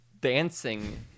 dancing